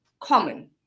common